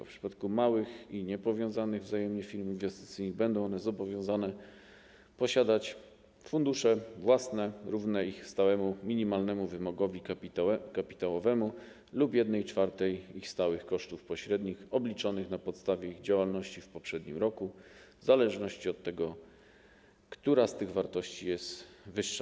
W przypadku małych i niepowiązanych wzajemnie firm inwestycyjnych będą one zobowiązane posiadać fundusze własne równe ich stałemu minimalnemu wymogowi kapitałowemu lub 1/4 ich stałych kosztów pośrednich obliczonych na podstawie ich działalności w poprzednim roku, w zależności od tego, która z tych wartości jest wyższa.